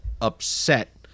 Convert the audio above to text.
upset